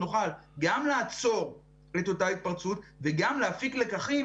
נוכל גם לעצור את אותה התפרצות וגם להפיק לקחים,